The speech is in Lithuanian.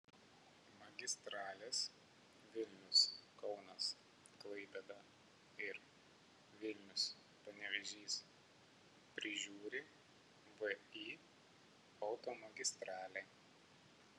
magistrales vilnius kaunas klaipėda ir vilnius panevėžys prižiūri vį automagistralė